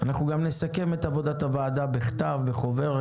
גם נסכם את עבודת הועדה בכתב בחוברת.